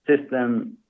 system